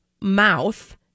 mouth